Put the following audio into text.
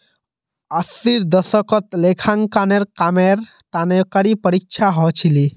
अस्सीर दशकत लेखांकनेर कामेर तने कड़ी परीक्षा ह छिले